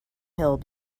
hill